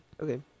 Okay